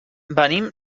venim